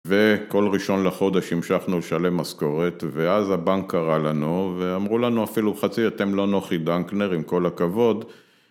וכל ראשון לחודש המשכנו לשלם משכורת. ואז הבנק קרא לנו, ואמרו לנו אפילו חצי, אתם לא נוחי דנקנר. עם כל הכבוד